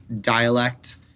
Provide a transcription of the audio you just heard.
dialect